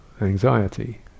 anxiety